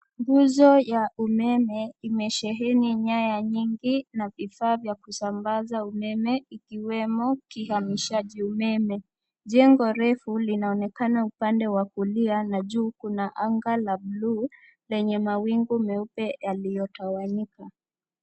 Nguzo ya umeme imesheheni nyaya nyingi na vifaa ya kusambaza umeme, ikiwa ni pamoja na kifaa cha mishaji ya umeme. Jengo refu linaonekana upande wa kulia, na juu kuna anga la buluu lenye mawingu meupe yaliyotawanyika.